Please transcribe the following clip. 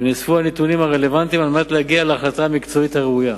ונאספו הנתונים הרלוונטיים על מנת להגיע להחלטה המקצועית הראויה.